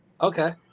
Okay